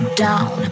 down